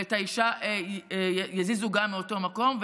ואת האישה יזיזו גם מאותו מקום,